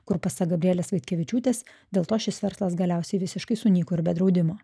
kur pasak gabrielės vaitkevičiūtės dėl to šis verslas galiausiai visiškai sunyko ir be draudimo